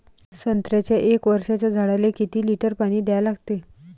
संत्र्याच्या एक वर्षाच्या झाडाले किती लिटर पाणी द्या लागते?